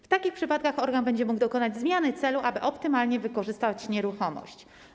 W takich przypadkach organ będzie mógł dokonać zmiany celu, aby optymalnie wykorzystać nieruchomość.